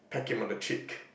peck him on the cheek